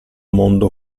mondo